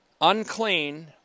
Unclean